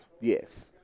Yes